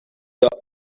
got